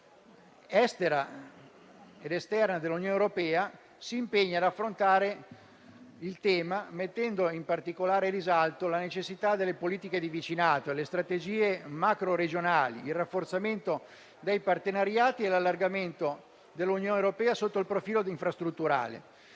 estera ed esterna dell'Unione europea, si impegna ad affrontare il tema mettendo in particolare risalto la necessità delle politiche di vicinato, le strategie macroregionali, il rafforzamento dei partenariati e l'allargamento dell'Unione europea sotto il profilo infrastrutturale,